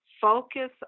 focus